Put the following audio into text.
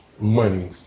money